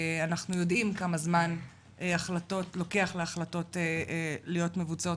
אנחנו יודעים כמה זמן לוקח להחלטות להיות מבוצעות,